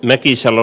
lehtisalo